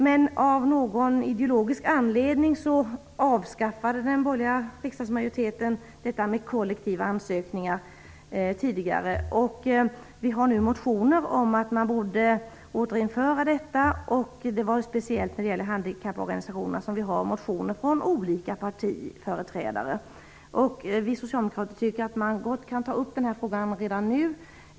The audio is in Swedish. Men av någon ideologisk anledning avskaffade den borgerliga riksdagsmajoriteten kollektiva ansökningar tidigare. Vi har nu motioner om att man borde återinföra detta. Vi har motioner från olika partiföreträdare som speciellt gäller handikapporganisationerna. Vi socialdemokrater tycker att man gott kan ta upp den här frågan redan nu.